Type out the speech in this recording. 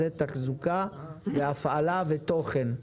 זה תחזוקה והפעלה ותוכן,